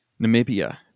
Namibia